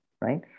right